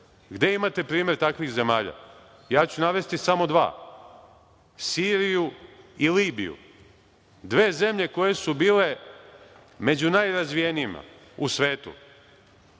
imate primer takvih zemalja? Ja ću navesti samo dva. Siriju i Libiju. Dve zemlje koje su bile među najrazvijenijima u svetu,